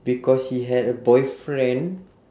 because he had a boyfriend